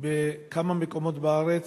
בכמה מקומות בארץ,